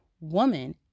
woman